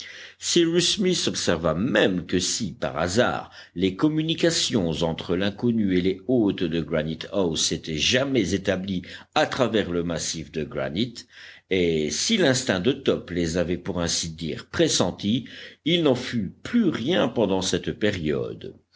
cyrus smith observa même que si par hasard les communications entre l'inconnu et les hôtes de granite house s'étaient jamais établies à travers le massif de granit et si l'instinct de top les avait pour ainsi dire pressenties il n'en fut plus rien pendant cette période